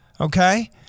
okay